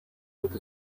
with